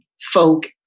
folk